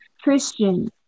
Christian